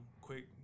quick